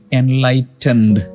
enlightened